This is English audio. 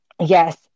yes